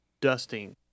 dusting